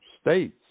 states